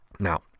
Now